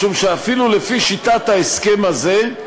משום שאפילו לפי שיטת ההסכם הזה,